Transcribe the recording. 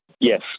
Yes